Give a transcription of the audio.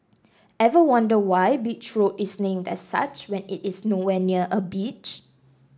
ever wonder why Beach Road is named as such when it is nowhere near a beach